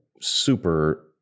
super